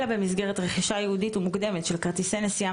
אלא במסגרת רכישה ייעודית ומוקדמת של כרטיסי נסיעה